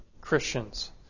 Christians